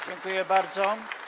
Dziękuję bardzo.